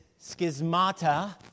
schismata